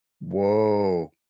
Whoa